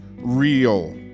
real